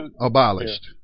abolished